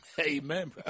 Amen